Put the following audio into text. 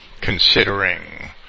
considering